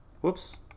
Whoops